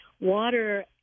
water